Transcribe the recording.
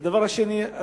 ודבר שני,